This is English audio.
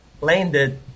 landed